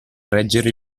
reggere